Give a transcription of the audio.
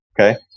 Okay